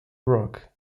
rock